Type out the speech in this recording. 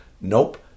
nope